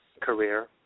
career